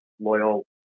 loyal –